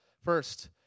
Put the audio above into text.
First